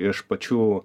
iš pačių